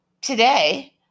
today